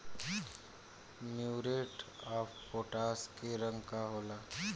Muriate of potash के रंग का होला?